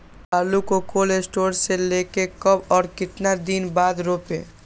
आलु को cold store से ले के कब और कितना दिन बाद रोपे?